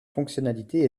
fonctionnalités